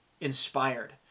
inspired